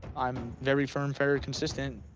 i'm very firm, very consistent.